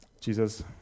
Jesus